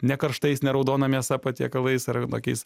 nekarštais ne raudona mėsa patiekalais ar vienokiais